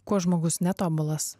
kuo žmogus netobulas